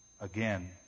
again